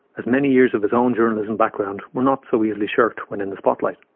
as many years of his own journalism background were not so easily shirked when in the spotlight.